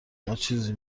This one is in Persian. ماچیزی